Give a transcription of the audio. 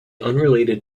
unrelated